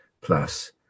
plus